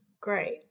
Great